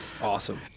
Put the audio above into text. Awesome